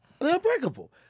unbreakable